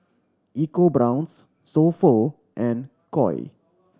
EcoBrown's So Pho and Koi